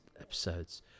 episodes